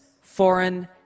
foreign